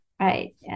Right